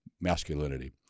masculinity